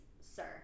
sir